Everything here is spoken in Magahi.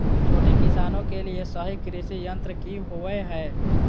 छोटे किसानों के लिए सही कृषि यंत्र कि होवय हैय?